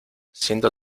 siento